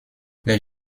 les